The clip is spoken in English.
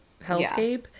Hellscape